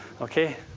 Okay